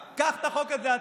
קח אתה את החוק הזה.